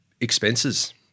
expenses